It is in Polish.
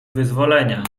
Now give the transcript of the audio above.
wyzwolenia